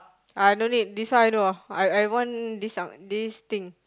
uh no need this one I know I I've won this one this thing